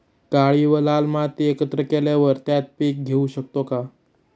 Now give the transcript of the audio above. काळी व लाल माती एकत्र केल्यावर त्यात पीक घेऊ शकतो का?